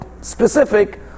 specific